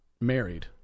married